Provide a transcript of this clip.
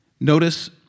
Notice